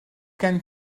gen